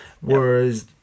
Whereas